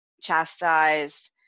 chastised